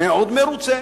מאוד מרוצה.